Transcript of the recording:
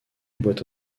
boîte